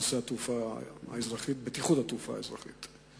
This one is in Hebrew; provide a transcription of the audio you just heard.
בנושא בטיחות התעופה האזרחית.